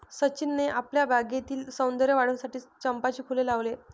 सचिनने आपल्या बागेतील सौंदर्य वाढविण्यासाठी चंपाचे फूल लावले